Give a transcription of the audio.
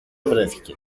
βρέθηκε